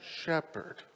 Shepherd